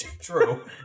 True